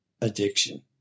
addiction